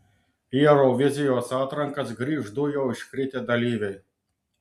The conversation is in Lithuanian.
į eurovizijos atrankas grįš du jau iškritę dalyviai